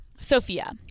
Sophia